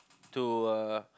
to uh